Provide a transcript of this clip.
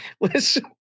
Listen